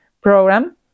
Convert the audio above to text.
program